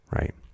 Right